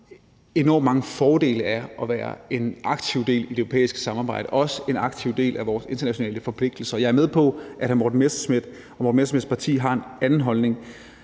enormt mange fordele ved at være en aktiv del af det europæiske samarbejde og også en aktiv del af vores internationale forpligtelser, og jeg er med på, at hr. Morten Messerschmidt og hr. Morten Messerschmidts parti har en anden holdning.